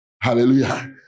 Hallelujah